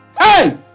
Hey